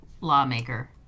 lawmaker